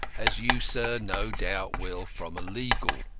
as you, sir, no doubt will from a legal.